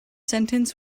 sentence